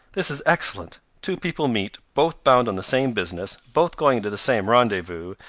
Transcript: this is excellent! two people meet, both bound on the same business, both going to the same rendezvous,